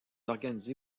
organisé